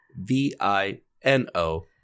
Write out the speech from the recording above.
V-I-N-O